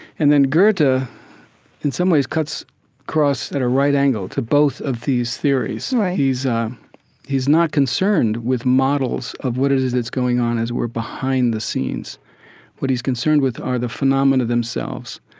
and then goethe but in some ways cuts across at a right angle to both of these theories right he's um he's not concerned with models of what it is that's going on as we're behind the scenes what he's concerned with are the phenomena themselves.